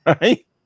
Right